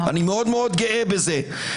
אני מאוד גאה בזה.